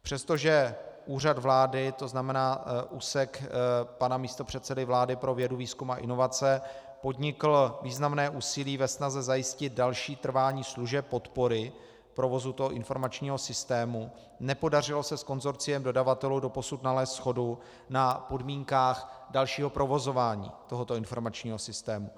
Přestože Úřad vlády, to znamená úsek pana místopředsedy vlády pro vědu, výzkum a inovace, podnikl významné úsilí ve snaze zajistit další trvání služeb podpory provozu toho informačního systému, nepodařilo se s konsorciem dodavatelů doposud nalézt shodu na podmínkách dalšího provozování tohoto informačního systému.